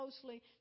closely